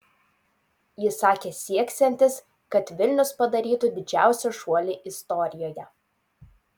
jis sakė sieksiantis kad vilnius padarytų didžiausią šuolį istorijoje